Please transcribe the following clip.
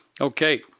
Okay